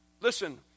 Listen